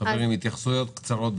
חברים, התייחסויות קצרות,